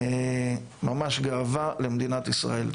זו גאווה למדינת ישראל.